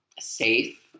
safe